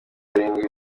arindwi